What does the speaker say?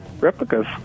replicas